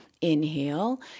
inhale